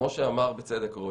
כמו שאמר בצדק רועי,